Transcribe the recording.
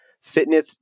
fitness